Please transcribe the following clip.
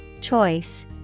Choice